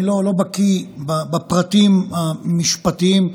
אני לא בקי בפרטים המשפטיים,